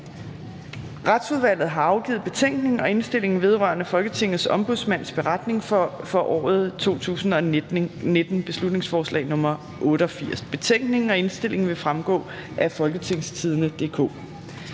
Retsudvalget har afgivet: Betænkning og indstilling vedrørende Folketingets Ombudsmands beretning for 2019. (Beslutningsforslag nr. B 88). Betænkningen og indstillingen vil fremgå af www.folketingstidende.dk.